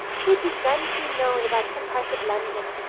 he had begun to be known about some parts of london,